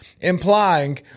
implying